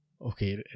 Okay